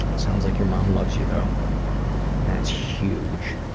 sounds like your mom loves you though, and that's huge.